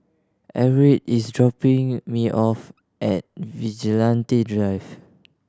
Everett is dropping me off at Vigilante Drive